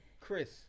Chris